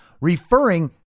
referring